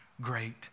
great